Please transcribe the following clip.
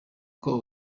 abo